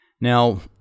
Now